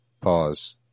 pause